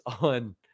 on